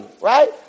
Right